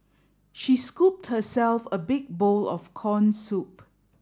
she scooped herself a big bowl of corn soup